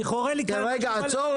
עצור,